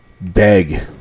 beg